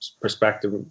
perspective